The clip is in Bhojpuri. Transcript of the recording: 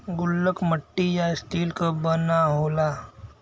गुल्लक मट्टी या स्टील क बना होला